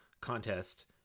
contest